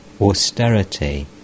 austerity